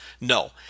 No